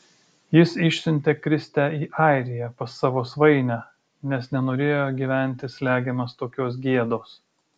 jis išsiuntė kristę į airiją pas savo svainę nes nenorėjo gyventi slegiamas tokios gėdos